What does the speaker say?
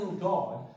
God